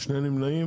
מי נגד?